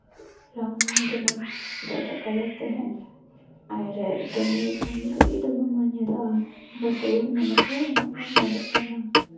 ᱨᱚᱝ ᱡᱮᱢᱚᱱ ᱮᱴᱟᱜ ᱮᱴᱟᱜ ᱠᱟᱞᱟᱨ ᱛᱟᱦᱮᱱ ᱟᱨ ᱫᱚᱢᱮ ᱥᱟᱺᱜᱤᱧ ᱠᱷᱚᱱ ᱜᱮ ᱫᱚᱢᱮ ᱢᱚᱡᱽ ᱧᱮᱞᱚᱜᱼᱟ ᱡᱚᱠᱷᱚᱡ ᱥᱚᱵ ᱦᱚᱲ ᱢᱮᱱᱟ ᱠᱚ ᱩᱱᱟᱹᱜ ᱢᱚᱡᱽ ᱧᱮᱞᱚᱜ ᱠᱟᱱᱟ